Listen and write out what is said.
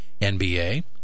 NBA